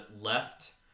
left